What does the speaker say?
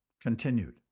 continued